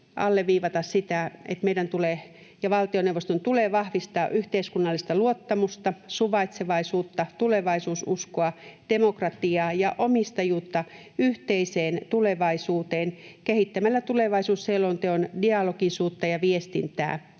sitä, että valtioneuvoston tulee vahvistaa yhteiskunnallista luottamusta, suvaitsevaisuutta, tulevaisuususkoa, demokratiaa ja omistajuutta yhteiseen tulevaisuuteen kehittämällä tulevaisuusselonteon dialogisuutta ja viestintää